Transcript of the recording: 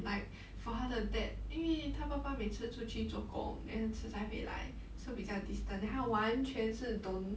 like for 他的 dad 因为他爸爸每次出去做工 then 很迟才回来 so 比较 distant then 它完全是 don't